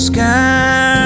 Sky